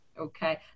Okay